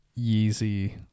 Yeezy